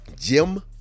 Jim